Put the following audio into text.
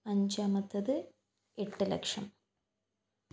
അഞ്ചാമത്തത് എട്ട് ലക്ഷം